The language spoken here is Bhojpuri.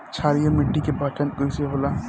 क्षारीय मिट्टी के पहचान कईसे होला?